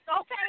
okay